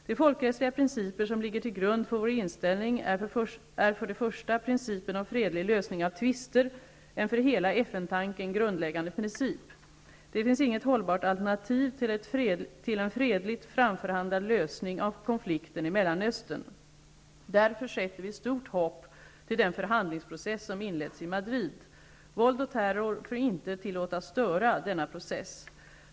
De folkrättsliga principer som ligger till grund för vår inställning är för det första principen om fredlig lösning av tvister, en för hela FN-tanken grundläggande princip. Det finns inget hållbart alternativ till en fredligt framförhandlad lösning av konflikten i Mellanöstern. Därför sätter vi stort hopp till den förhandlingsprocess som inletts i Madrid. Våld och terror får inte tillåtas störa denna process.